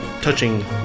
touching